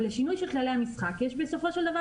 אבל לשינוי של כללי המשחק יש בסופו של דבר